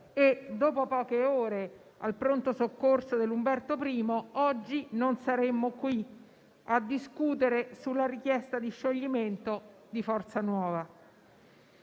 dopo poche ore, al pronto soccorso del Policlinico Umberto I, oggi non saremmo qui a discutere sulla richiesta di scioglimento di Forza Nuova.